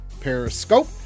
Periscope